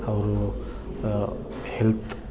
ಅವರು ಹೆಲ್ತ್